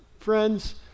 friends